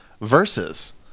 Versus